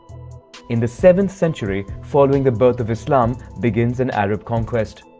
in the seventh century, following the birth of islam, begins an arab conquest.